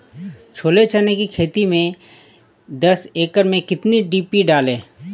छोले चने की खेती में दस एकड़ में कितनी डी.पी डालें?